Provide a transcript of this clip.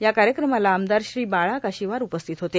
या कायक्रमाला आमदार श्री बाळा काशीवार उपस्थित होते